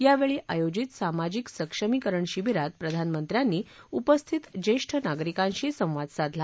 यावेळी आयोजित सामाजिक सक्षमीकरण शिबीरात प्रधानमंत्र्यांनी उपस्थित ज्येष्ठ नागरिकांशी संवाद साधला